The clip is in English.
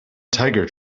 tiger